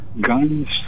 guns